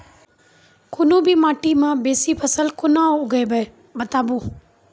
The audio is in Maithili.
कूनू भी माटि मे बेसी फसल कूना उगैबै, बताबू?